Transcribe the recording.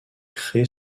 créé